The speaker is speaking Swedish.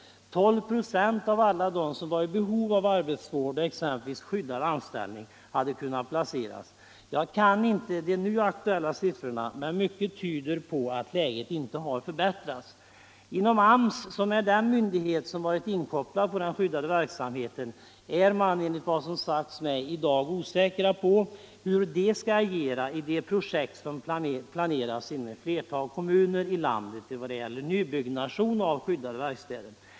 Endast 12 26 av alla dem som var i behov av arbetsvård och exempelvis skyddad anställning hade kunnat placeras. Jag kan inte de nu aktuella siffrorna, men mycket tyder på att läget inte har förbättrats. Inom AMS., som är den myndighet som varit inkopplad på den skyddade verksamheten, är man, enligt vad som sagts mig, i dag osäker på hur man skall agera inför de projekt som finns inom ett flertal kommuner när det gäller nybyggnation av skyddade verkstäder.